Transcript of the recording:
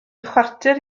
chwarter